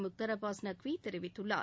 முக்தார் அப்பாஸ் நக்வி தெரிவித்துள்ளார்